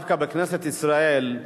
דווקא בכנסת ישראל: